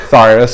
Sorry